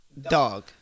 dog